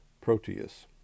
proteus